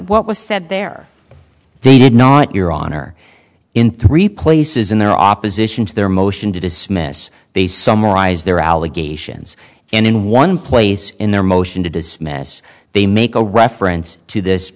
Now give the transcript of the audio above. what was said there they did not your honor in three places in their opposition to their motion to dismiss they summarize their allegations and in one place in their motion to dismiss they make a reference to this